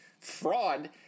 fraud